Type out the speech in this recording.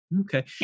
Okay